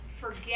forget